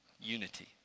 unity